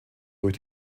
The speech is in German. durch